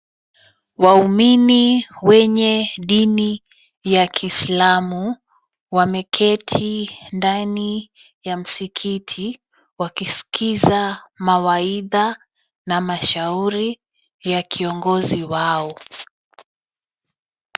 Waumini wenye dini ya Kislamu, wameketi ndani ya msikiti wakiskiza mawaidha na mashauri ya kiongozi wao